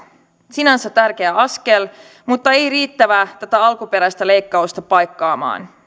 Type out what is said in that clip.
sinänsä tärkeä askel mutta ei riittävä tätä alkuperäistä leikkausta paikkaamaan